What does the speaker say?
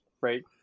right